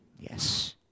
Yes